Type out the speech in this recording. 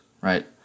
right